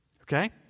Okay